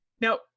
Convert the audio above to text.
Now